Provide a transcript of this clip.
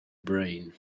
brain